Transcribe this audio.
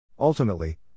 Ultimately